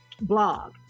blog